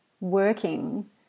working